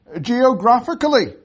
geographically